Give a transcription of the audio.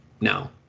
No